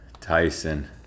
Tyson